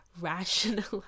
rationalize